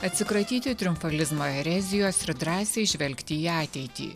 atsikratyti triumfalizmo erezijos ir drąsiai žvelgti į ateitį